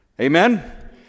Amen